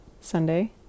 Sunday